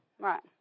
Right